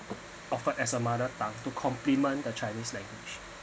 offered as a mother tongue to complement the chinese language